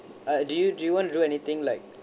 uh do you do you want to do anything like